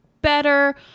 better